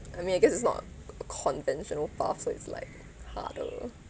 I mean this is not conventional path so it's like harder